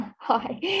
hi